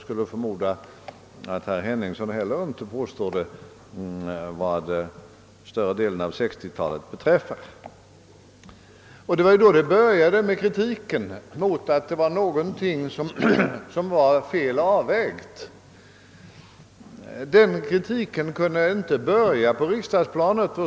Jag förmodar att inte heller herr Henningsson har den uppfattningen vad beträffar större delen av 1960 talet. Det var ju då kritiken började, och den gick ut på att det var någonting som var oriktigt avvägt. Kritiken kunde inte börjat på riksdagsplanet.